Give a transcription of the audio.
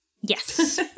Yes